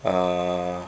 err